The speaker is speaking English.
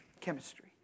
chemistry